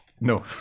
No